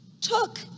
took